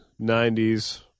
90s